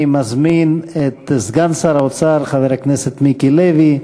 אני מזמין את סגן שר האוצר, חבר הכנסת מיקי לוי,